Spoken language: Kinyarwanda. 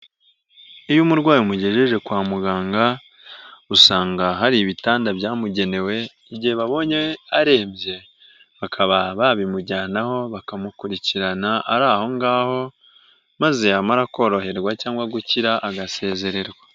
Iyo umurwayi umugejeje kwa muganga usanga hari ibitanda byamugenewe igihe babonye arembye bakaba babimujyanaho bakamukurikirana ari aho ngaho maze yamara koroherwa cyangwa gukira agasezererwa.